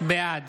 בעד